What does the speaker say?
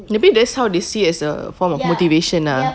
maybe that's how they see it as a form of motivation ah